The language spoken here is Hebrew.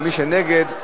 ומי שנגד,